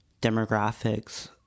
demographics